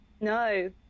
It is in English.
No